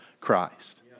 Christ